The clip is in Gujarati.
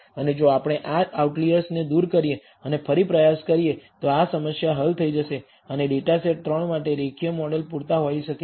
અને જો આપણે આ આઉટલિઅર્સને દૂર કરીએ અને ફરી પ્રયાસ કરીએ તો આ સમસ્યા હલ થઈ જશે અને ડેટા સેટ 3 માટે રેખીય મોડેલ પૂરતા હોઈ શકે છે